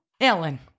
ellen